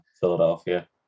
Philadelphia